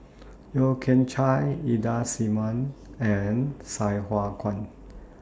Yeo Kian Chye Ida Simmon and Sai Hua Kuan